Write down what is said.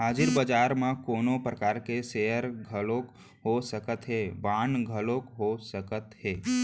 हाजिर बजार म कोनो परकार के सेयर घलोक हो सकत हे, बांड घलोक हो सकत हे